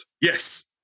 Yes